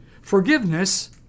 Forgiveness